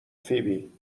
فیبی